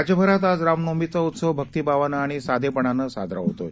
राज्यभरात आज रामनवमीचा उत्सव भक्तिभावानं आणि साधेपणानं साजरा होत आहे